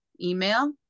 email